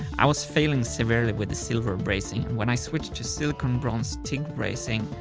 i was failing severely with the silver brazing. when i switched to silicone-bronze tig brazing,